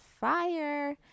fire